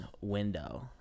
window